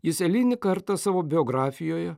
jis eilinį kartą savo biografijoje